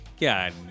God